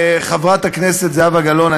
חברת הכנסת זהבה גלאון,